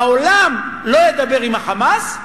העולם לא ידבר עם ה"חמאס",